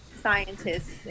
scientists